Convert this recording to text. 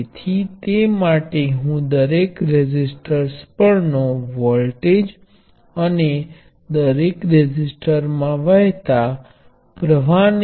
તેથી સમાંતર સંયોજન માં તે ખાસીયત છે કે તમામ એલિમેન્ટો માં નો વોલ્ટેજ તેમા સમાન હોય છે